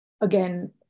again